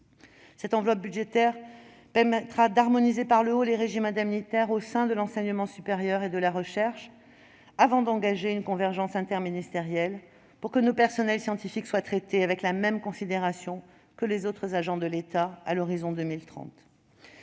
Cette enveloppe budgétaire permettra d'harmoniser par le haut les régimes indemnitaires au sein de l'enseignement supérieur et de la recherche, avant d'engager une convergence interministérielle, afin que nos personnels scientifiques soient traités avec la même considération que les autres agents de l'État à l'horizon 2030.